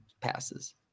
passes